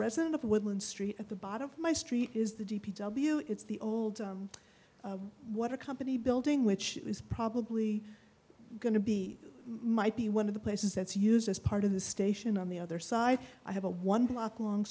resident of woodland street at the bottom of my street is the d p w it's the old what are company building which is probably going to be might be one of the places that's used as part of the station on the other side i have a one block long